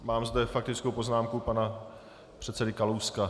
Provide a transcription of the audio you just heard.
Mám zde faktickou poznámku pana předsedy Kalouska.